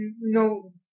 no